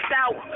out